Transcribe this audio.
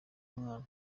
umwana